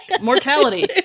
mortality